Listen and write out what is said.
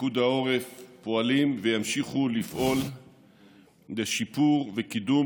ופיקוד העורף פועלים וימשיכו לפעול לשיפור וקידום